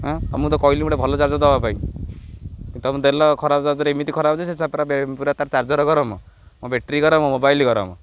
ହଁ ମୁଁ ତ କହିଲି ଗୋଟେ ଭଲ ଚାର୍ଜର ଦେବା ପାଇଁ କିନ୍ତ ତୁମ ଦେହ ଖରାପ ଚାର୍ଜର ଏମିତି ଖରାପ ଯେ ସେ ପା ପାର ଚାର୍ଜର ଗରମ ମୋ ବ୍ୟାଟେରୀ ଗରମ ମୋବାଇଲ୍ ଗରମ